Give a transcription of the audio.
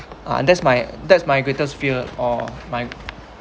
ah that's my that's my greatest fear or my